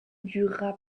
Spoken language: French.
dura